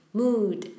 mood